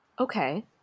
Okay